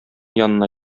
янына